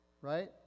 right